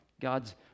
God's